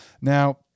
Now